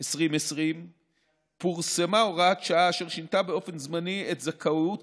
2020 פורסמה הוראת שעה אשר שינתה באופן זמני את זכאות